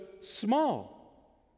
small